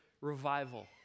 revival